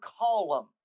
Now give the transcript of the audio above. column